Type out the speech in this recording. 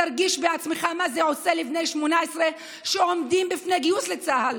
תרגיש בעצמך מה זה עושה לבני 18 שעומדים בפני גיוס לצה"ל.